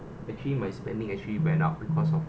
actually my spending actually went up because of